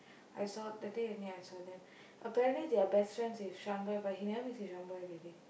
I saw that day only I saw them apparently they are best friends with Shaan boy but he never mix with Shaan boy already